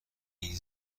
این